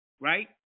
right